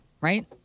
right